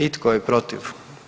I tko je protiv?